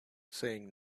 saying